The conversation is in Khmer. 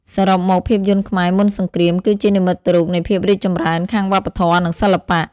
សរុបមក ភាពយន្តខ្មែរមុនសង្គ្រាមគឺជានិមិត្តរូបនៃភាពរីកចម្រើនខាងវប្បធម៌ និងសិល្បៈ។